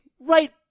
right